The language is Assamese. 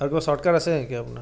আৰু কিবা শ্বৰ্টকাট আছে নেকি আপোনাৰ